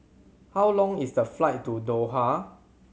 how long is the flight to Doha